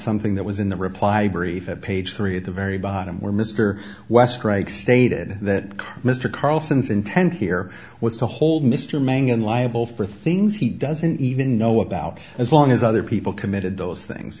something that was in the reply brief at page three at the very bottom where mr west right stated that mr carlson's intent here was to hold mr mangan liable for things he doesn't even know about as long as other people committed those things